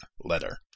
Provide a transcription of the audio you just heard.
letter